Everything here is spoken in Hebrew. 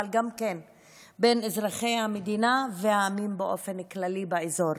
אבל גם בין אזרחי המדינה והעמים באופן כללי באזור.